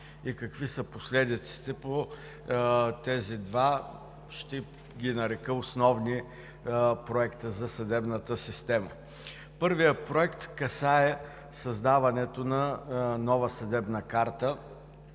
и какви са последиците по тези два, ще ги нарека, основни проекта за съдебната система. Първият проект касае създаването на нова съдебна карта